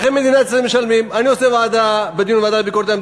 תהיה עבודה שחורה,